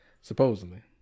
supposedly